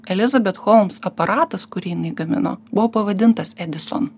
elizabet holms aparatas kurį jinai gamino buvo pavadintas edison